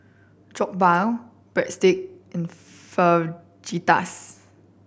Jokbal Breadsticks and Fajitas